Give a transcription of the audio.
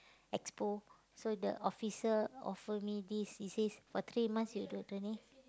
Expo so the officer offer me this he says for three months you will do training